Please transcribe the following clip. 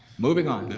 moving on.